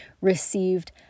received